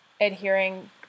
adhering